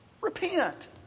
Repent